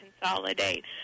consolidate